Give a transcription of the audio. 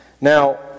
Now